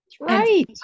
right